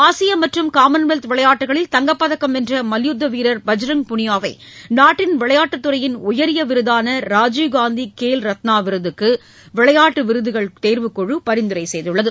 ஆசிய மற்றும் காமன்வெல்த் விளையாட்டுகளில் தங்கப்பதக்கம் வென்ற மல்யுத்த வீரர் பஜ்ரங் புனியா வை நாட்டின் விளையாட்டுத் துறையின் உயரிய விருதாள ராஜீவ்காந்தி கேல் ரத்னா விருதுக்கு விளையாட்டு விருதுகள் தேர்வுக்குழு பரிந்துரை செய்துள்ளது